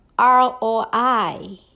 ROI